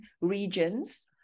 regions